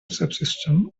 subsystem